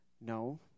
No